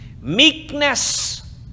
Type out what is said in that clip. Meekness